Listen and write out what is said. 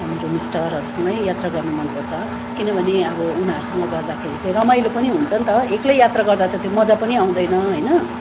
मेरो मिस्टरहरूसँगै यात्रा गर्नु मन पर्छ किनभने अब उनीहरूसँग गर्दाखेरि चाहिँ रमाइलो पनि हुन्छ नि त एक्लै यात्रा गर्दा त त्यो मजा पनि आउँदैन होइन